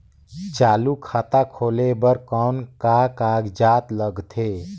चालू खाता खोले बर कौन का कागजात लगथे?